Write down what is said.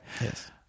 Yes